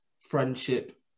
friendship